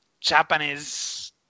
Japanese